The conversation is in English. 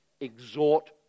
exhort